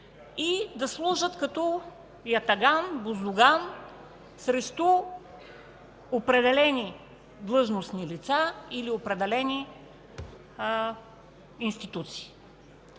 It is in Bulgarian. и да служат като ятаган, боздуган срещу определени длъжностни лица или определени институции.